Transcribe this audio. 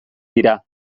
dira